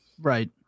right